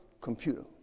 computer